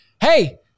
hey